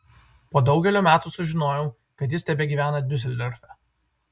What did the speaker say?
po daugelio metų sužinojau kad jis tebegyvena diuseldorfe